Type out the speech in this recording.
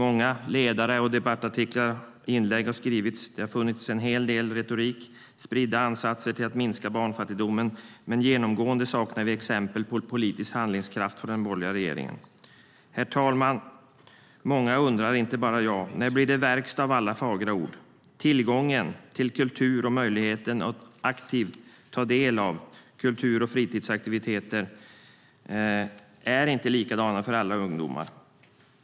Många ledare, debattartiklar och inlägg har skrivits. Det har funnits en hel del retorik och spridda ansatser till att minska barnfattigdomen, men genomgående saknar vi exempel på politisk handlingskraft från den borgerliga regeringen. Herr talman! Många undrar, inte bara jag: När blir det verkstad av alla fagra ord? Tillgången till kultur och möjligheten att aktivt ta del av kultur och fritidsaktiviteter är inte likadana för alla ungdomar.